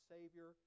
Savior